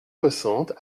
soixante